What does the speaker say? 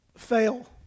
Fail